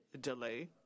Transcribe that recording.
delay